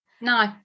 No